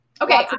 okay